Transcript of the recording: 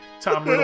Tom